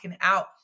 out